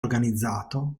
organizzato